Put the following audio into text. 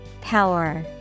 Power